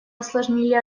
осложнили